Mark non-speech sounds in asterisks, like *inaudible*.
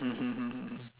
*laughs*